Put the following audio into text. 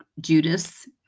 Judas